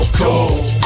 cold